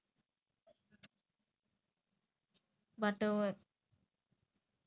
is near I think is nearer to penang though is it but I never go there before